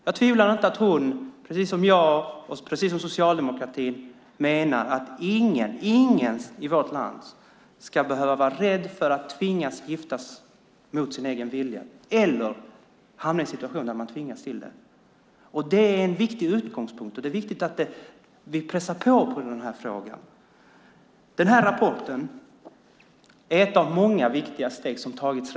Jag tvivlar inte på att hon, precis som jag och socialdemokratin, menar att ingen i vårt land ska behöva vara rädd för att tvingas gifta sig mot sin egen vilja eller hamna i den situationen. Det är en viktig utgångspunkt, och det är viktigt att vi pressar på i den här frågan. Den här rapporten är ett av många viktiga steg som redan tagits.